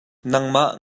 nangmah